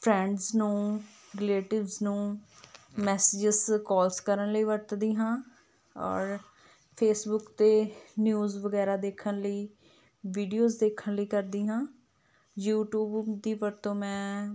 friends ਨੂੰ relatives ਨੂੰ messages calls ਕਰਨ ਲਈ ਵਰਤਦੀ ਹਾਂ ਔਰ ਫੇਸਬੁਕ 'ਤੇ ਨਿਊਜ਼ ਵਗੈਰਾ ਦੇਖਣ ਲਈ ਵੀਡੀਓਜ਼ ਦੇਖਣ ਲਈ ਕਰਦੀ ਹਾਂ ਯੂਟੀਊਬ ਦੀ ਵਰਤੋਂ ਮੈਂ